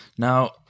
Now